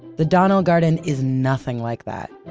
the donnell garden is nothing like that.